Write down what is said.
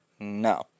No